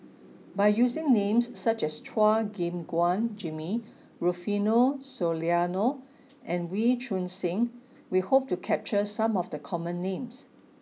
by using names such as Chua Gim Guan Jimmy Rufino Soliano and Wee Choon Seng we hope to capture some of the common names